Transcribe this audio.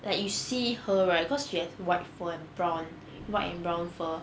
like you see her right cause you have white fur and brown white and brown fur